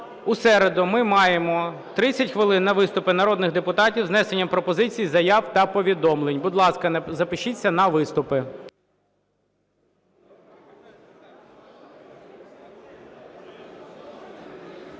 у середу ми маємо 30 хвилин на виступи народних депутатів з внесенням пропозицій, заяв та повідомлень. Будь ласка, запишіться на виступи.